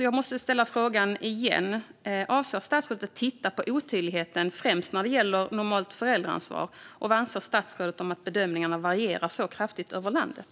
Jag måste därför fråga igen: Avser statsrådet att titta på otydligheten när det gäller främst användandet av normalt föräldraansvar? Och vad anser statsrådet om att bedömningarna varierar så kraftigt över landet?